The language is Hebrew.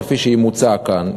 כפי שהיא מוצעת כאן,